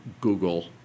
Google